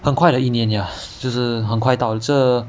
很快的一年 ya 就是很快到了这